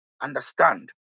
understand